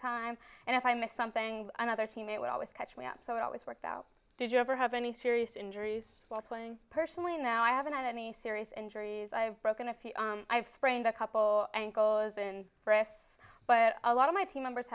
time and if i missed something another teammate would always catch me up so it always worked out did you ever have any serious injuries while playing personally now i haven't had any serious injuries i've broken a few i've sprained a couple ankle as and breasts but a lot of my team members